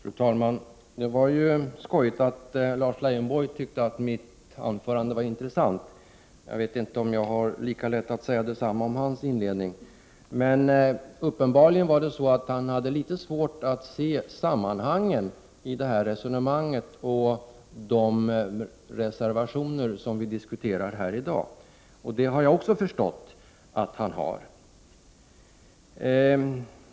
Fru talman! Det var ju skojigt att Lars Leijonborg tyckte att mitt anförande var intressant. Jag vet inte om jag har lika lätt att säga detsamma om hans anförande. Uppenbarligen var det så att han hade litet svårt att se sammanhangen i resonemanget och i de reservationer som vi diskuterar här i dag. Det har jag också förstått att han har.